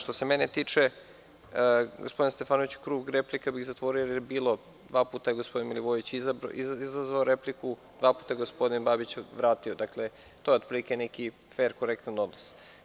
Što se mene tiče, gospodine Stefanoviću, krug replika bih zatvorio jer je dva puta gospodin Milivojević izazvao repliku, dva puta je gospodin Babić vratio, to je otprilike neki fer, korektan odnos.